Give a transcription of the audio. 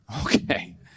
okay